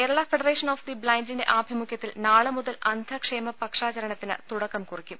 Kerala federation of the ബ്ലൈൻഡിന്റെ ആഭിമുഖൃത്തിൽ നാളെ മുതൽ അന്ധക്ഷേമ പക്ഷാചരണത്തിന് തുടക്കം കുറിക്കും